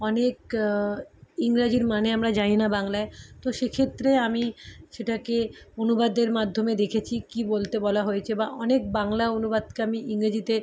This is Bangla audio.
অনেক ইংরাজির মানে আমরা জানি না বাংলায় তো সেক্ষেত্রে আমি সেটাকে অনুবাদের মাধ্যমে দেখেছি কী বলতে বলা হয়েছে বা অনেক বাংলা অনুবাদকে আমি ইংরেজিতে